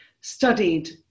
studied